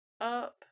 up